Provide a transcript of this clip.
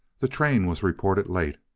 the train was reported late,